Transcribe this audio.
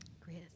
Great